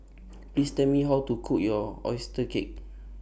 Please Tell Me How to Cook your Oyster Cake